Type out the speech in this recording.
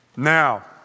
Now